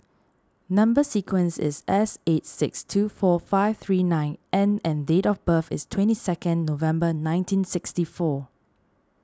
Number Sequence is S eight six two four five three nine N and date of birth is twenty second November nineteen sixty four